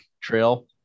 trail